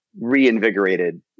reinvigorated